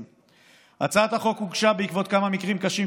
התשפ"א 2020. הצעת החוק הוגשה בעקבות כמה מקרים קשים,